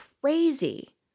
crazy